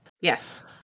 yes